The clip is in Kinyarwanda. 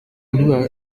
bashumba